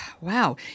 wow